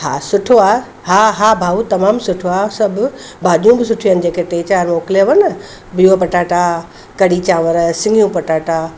हा सुठो आहे हा हा भाऊ तमामु सुठो आहे सभु भाॼियूं बि सुठियूं आहिनि जेके टे चारि मोकिलियांव न बिहु पटाटा कढ़ी चांवरु सिंगियूं पटाटा